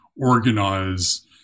organize